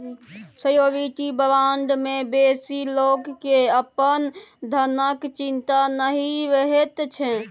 surety bond मे बेसी लोक केँ अपन धनक चिंता नहि रहैत छै